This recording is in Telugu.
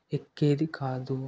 ఎక్కేది కాదు